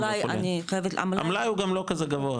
דרך אגב, המלאי --- המלאי הוא גם לא כזה גבוה.